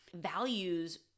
Values